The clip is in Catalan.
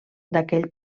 d’aquell